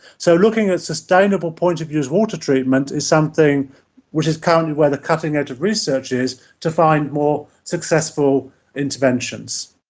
so looking at sustainable point-of-use water treatment is something which is currently where the cutting edge of research is to find more successful interventions.